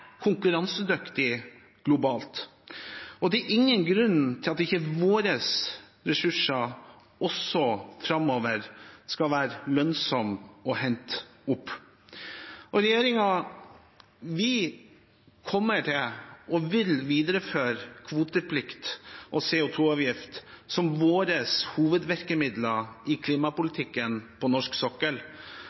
globalt. Det er ingen grunn til at ikke våre ressurser også framover skal være lønnsomme å hente opp. Regjeringen kommer til og vil videreføre kvoteplikt og CO2-avgift som våre hovedvirkemidler i klimapolitikken på norsk sokkel.